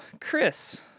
Chris